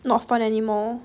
not fun anymore